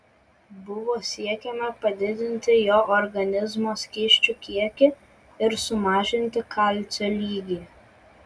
buvo siekiama padidinti jo organizmo skysčių kiekį ir sumažinti kalcio lygį